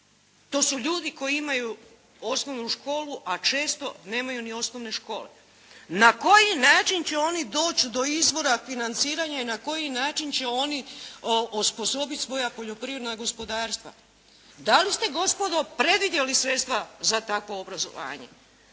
To su ljudi koji imaju osnovnu školu, a često nemaju ni osnovne škole. Na koji način će oni doć' do izvora financiranja i na koji način će oni osposobiti svoja poljoprivredna gospodarstva? Da li ste gospodo predvidjeli sredstva za takvo obrazovanje?